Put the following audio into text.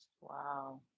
Wow